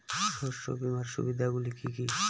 শস্য বীমার সুবিধা গুলি কি কি?